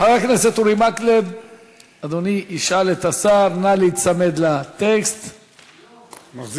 אני מוכן לנסות ולבוא לאוצר,